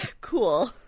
Cool